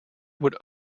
would